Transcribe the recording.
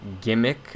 gimmick